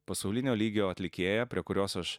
pasaulinio lygio atlikėja prie kurios aš